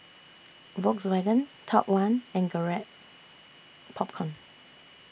Volkswagen Top one and Garrett Popcorn